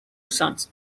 sons